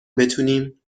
بتونیم